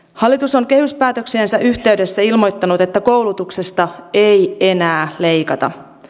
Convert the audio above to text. hallitus on kehyspäätöksiensä yhteydessä ilmoittanut että koulutuksesta ei enää leikata